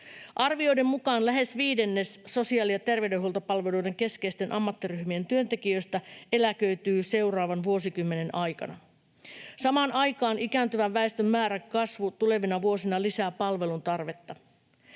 Arvioiden mukaan lähes viidennes sosiaali- ja terveydenhuoltopalveluiden keskeisten ammattiryhmien työntekijöistä eläköityy seuraavan vuosikymmenen aikana. Samaan aikaan ikääntyvän väestön määrän kasvu tulevina vuosina lisää palvelun tarvetta.